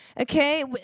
Okay